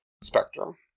spectrum